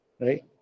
right